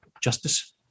Justice